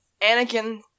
Anakin